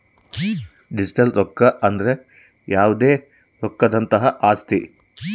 digital ರೊಕ್ಕ ಅಂದ್ರ ಯಾವ್ದೇ ರೊಕ್ಕದಂತಹ ಆಸ್ತಿ